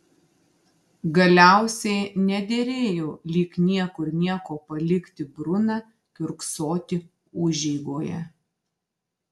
galiausiai nederėjo lyg niekur nieko palikti bruną kiurksoti užeigoje